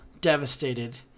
devastated